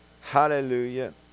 Hallelujah